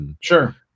Sure